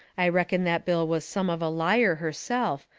i reckon that bill was some of a liar herself,